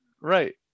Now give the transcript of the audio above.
right